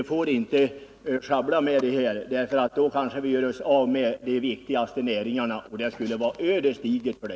Vi får inte sjabbla med detta, för då kanske vi gör oss av med de viktigaste näringarna i vårt land — och det skulle vara ödesdigert.